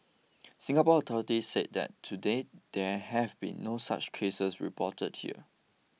Singapore authorities said that to date there have been no such cases reported here